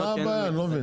מה הבעיה אני לא מבין?